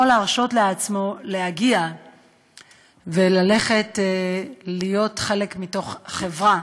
להרשות לעצמו להגיע וללכת להיות חלק מתוך חברה.